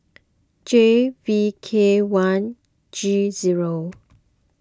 J V K one G zero